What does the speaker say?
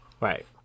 Right